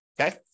okay